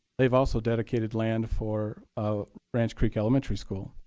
they've also dedicated land for ranch creek elementary school.